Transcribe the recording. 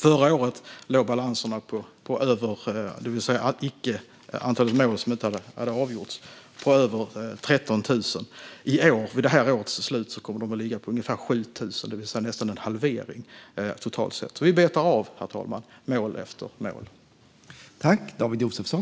Förra året låg antalet mål som inte hade avgjorts på över 13 000. Vid det här årets slut kommer de att ligga på ungefär 7 000, det vill säga nästan en halvering totalt sett. Vi betar alltså av mål efter mål, herr talman.